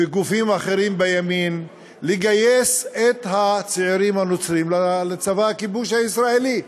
וגופים אחרים בימין לגייס את הצעירים הנוצרים לצבא הכיבוש הישראלי.